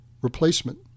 replacement